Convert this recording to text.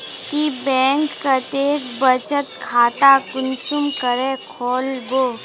ती बैंक कतेक बचत खाता कुंसम करे खोलबो?